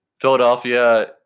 Philadelphia